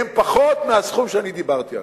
היא פחות מהסכום שאני דיברתי עליו.